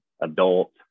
adult